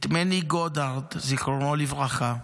את מני גודארד, זיכרונו לברכה,